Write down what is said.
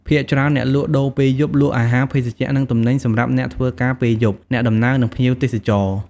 ភាគច្រើន អ្នកលក់ដូរពេលយប់ លក់អាហារ ភេសជ្ជៈ និងទំនិញសម្រាប់អ្នកធ្វើការពេលយប់ អ្នកដំណើរ និងភ្ញៀវទេសចរ។